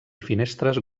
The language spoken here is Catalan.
finestres